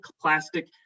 plastic